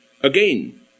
again